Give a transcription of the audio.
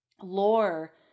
lore